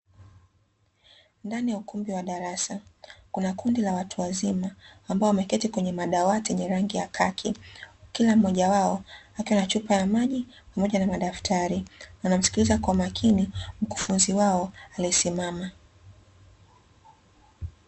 Ndani ya ukumbi wa darasa, kuna kundi la watu wazima ambao wameketi kwenye madawati yenye rangi ya kaki, kila mmoja wao akiwa na chupa ya maji pamoja madaftari, wanamsikiliza kwa makini mkufunzi wao aliyesimama.